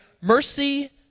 mercy